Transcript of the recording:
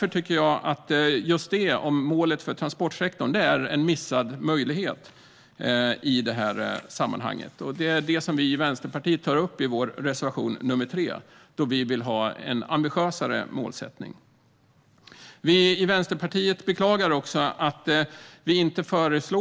Jag tycker därför att målet för transportsektorn är en missad möjlighet i detta sammanhang, och Vänsterpartiet tar upp det i reservation nr 3. Vi vill ha en ambitiösare målsättning. Vänsterpartiet beklagar också att inget separat